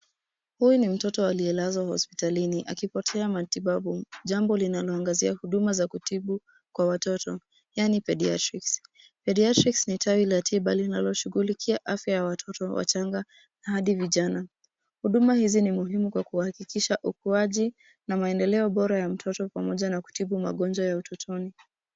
Huyu ni mtoto aliyelazwa hospitalini akipokea matibabu. Jambo linaloangazia huduma za kutibu kwa watoto yani paediatrics . Paediatrics ni tawi la tiba linaloshughulikia afya ya watoto wachanga hadi vijana. Huduma hizi ni muhimu kwa kuhakikisha ukuaji na maendeleo bora ya mtoto pamoja na kutibu magonjwa ya utotoni.